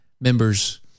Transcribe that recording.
members